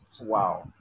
Wow